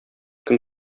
көн